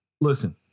listen